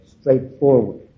straightforward